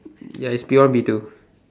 ya is P one P two